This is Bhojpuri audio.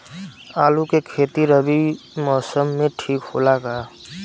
आलू के खेती रबी मौसम में ठीक होला का?